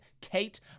Kate